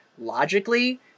logically